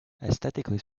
aesthetically